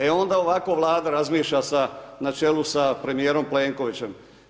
E onda ovako Vlada razmišlja naču sa premijerom Plenkovićem.